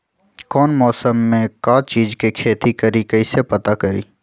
कौन मौसम में का चीज़ के खेती करी कईसे पता करी?